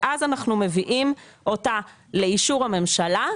אנחנו מביאים אותה לאישור הממשלה,